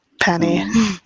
Penny